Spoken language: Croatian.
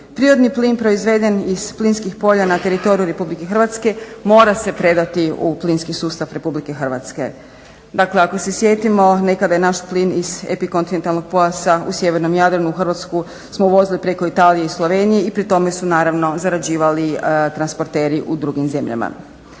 Prirodni plin proizveden iz plinskih polja na teritoriju RH mora se predati u plinski sustav RH. Dakle, ako se sjetimo nekada je naš plin iz epikontinentalnog pojasa u sjevernom Jadranu u Hrvatsku smo uvozili preko Italije i Slovenije i pri tome su naravno zarađivali transporteri u drugim zemljama.